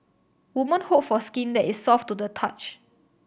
woman hope for skin that is soft to the touch